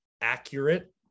accurate